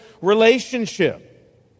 relationship